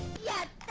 yet?